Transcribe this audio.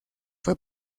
fue